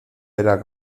era